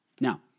Now